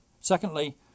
Secondly